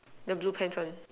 the blue pants one